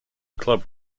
club